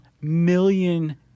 million